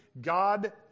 God